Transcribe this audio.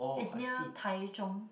it's near Tai-Zhong